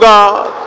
God